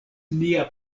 nia